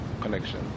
connection